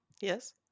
Yes